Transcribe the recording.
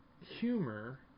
humor